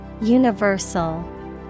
Universal